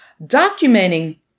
documenting